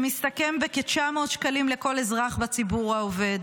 שמסתכם בכ-900 שקלים לכל אזרח בציבור העובד,